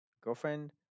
girlfriend